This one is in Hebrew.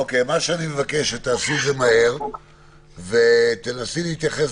אני מבקש שתעשי את זה מהר ותנסי להתייחס